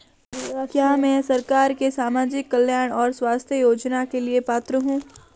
क्या मैं सरकार के सामाजिक कल्याण और स्वास्थ्य योजना के लिए पात्र हूं?